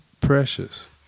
precious